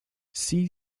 see